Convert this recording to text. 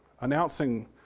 announcing